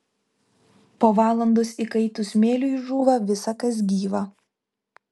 po valandos įkaitus smėliui žūva visa kas gyva